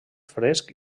fresc